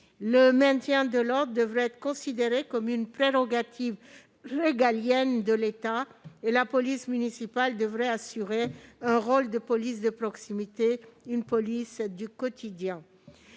Le maintien de l'ordre devrait être considéré comme une prérogative régalienne de l'État, quand la police municipale devrait assurer un rôle de police de proximité, une police du quotidien.